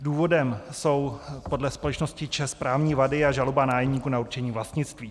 Důvodem jsou podle společnosti ČEZ právní vady a žaloba nájemníků na určení vlastnictví.